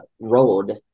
road